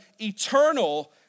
eternal